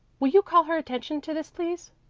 will you call her attention to this, please?